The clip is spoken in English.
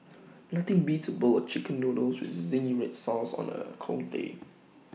nothing beats A bowl of Chicken Noodles with Zingy Red Sauce on A cold day